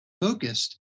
focused